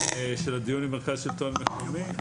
של הדיון עם מרכז שלטון מקומי?